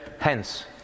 hence